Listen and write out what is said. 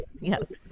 Yes